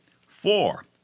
Four